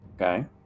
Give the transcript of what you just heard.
Okay